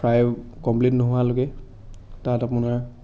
fry complete নোহোৱালৈকে তাত আপোনাৰ